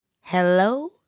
Hello